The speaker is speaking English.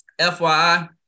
FYI